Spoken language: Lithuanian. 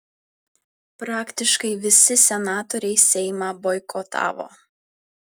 praktiškai visi senatoriai seimą boikotavo